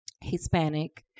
Hispanic